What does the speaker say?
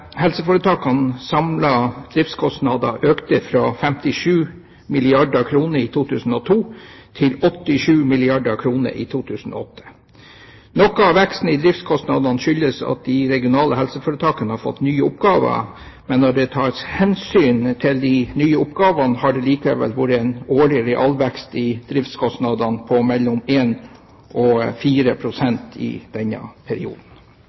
helseforetakene er det også innhentet skriftlig dokumentasjon av relevante rutiner og retningslinjer. I perioden 2002–2008 var det en sterk vekst i helseforetakenes driftskostnader. De regionale helseforetakenes samlede driftskostnader økte fra 57 milliarder kr i 2002 til 87 milliarder kr i 2008. Noe av veksten i driftskostnadene skyldes at de regionale helseforetakene har fått nye oppgaver, men når det tas hensyn til de nye oppgavene, har det